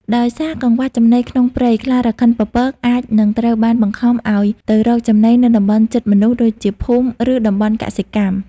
ដោយសារកង្វះចំណីក្នុងព្រៃ ខ្លារខិនពពកអាចនឹងត្រូវបាន បង្ខំឲ្យទៅរកចំណីនៅតំបន់ជិតមនុស្ស ដូចជាភូមិ ឬតំបន់កសិកម្ម។